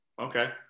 okay